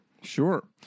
Sure